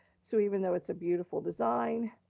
so even though it's a beautiful design,